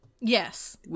Yes